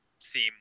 seem